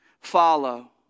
follow